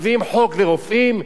מביאים חוק לרופאים.